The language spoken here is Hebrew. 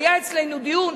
היה אצלנו דיון,